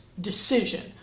Decision